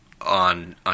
on